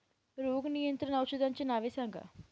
रोग नियंत्रण औषधांची नावे सांगा?